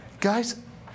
Guys